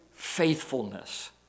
faithfulness